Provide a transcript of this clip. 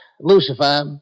Lucifer